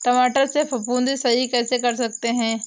टमाटर से फफूंदी कैसे सही कर सकते हैं?